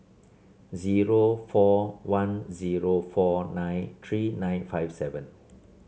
zero four one zero four nine three nine five seven